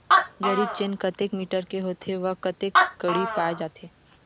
जरीब चेन कतेक मीटर के होथे व कतेक कडी पाए जाथे?